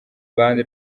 ruhande